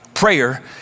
Prayer